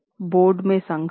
board में संघर्ष था